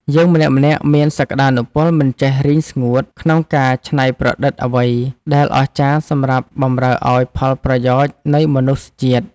យើងម្នាក់ៗមានសក្តានុពលមិនចេះរីងស្ងួតក្នុងការច្នៃប្រឌិតអ្វីដែលអស្ចារ្យសម្រាប់បម្រើឱ្យផលប្រយោជន៍នៃមនុស្សជាតិ។